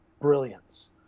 brilliance